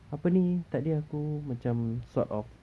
apa ni tadi aku macam sort of